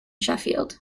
sheffield